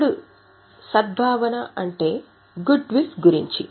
ఇప్పుడు ఇది సద్భావన అంటే గుడ్ విల్ గురించి